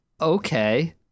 okay